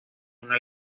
una